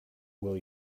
will